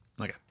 Okay